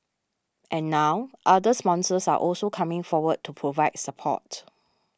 and now other sponsors are also coming forward to provide support